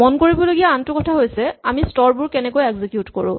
মন কৰিবলগীয়া আনটো কথা হৈছে আমি স্তৰবোৰ কেনেকৈ এক্সিকিউট কৰো